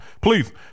Please